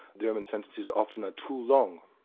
german sentences often are too long.